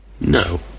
No